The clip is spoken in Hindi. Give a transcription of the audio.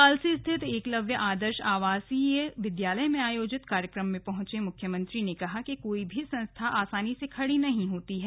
कालसी स्थित एकलव्य आदर्श आवासीय विद्यालय में आयोजित कार्यक्रम में पहुंचे मुख्यमंत्री ने कहा कि कोई भी संस्था आसानी से खड़ी नहीं होती है